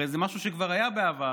הרי זה משהו שכבר היה בעבר,